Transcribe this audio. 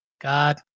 god